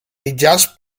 mitjans